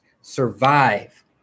survive